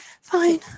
fine